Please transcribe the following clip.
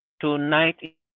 tonight